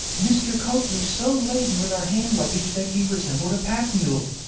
mr. copley so laden with our hand-luggage that he resembled a pack mule.